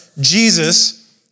Jesus